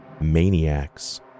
maniacs